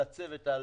לצוות,